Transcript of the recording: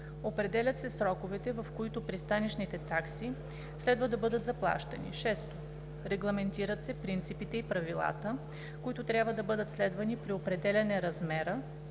определят се сроковете, в които пристанищните такси следва да бъдат заплащани; 6. регламентират се принципите и правилата, които трябва да бъдат следвани при определяне размера